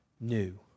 new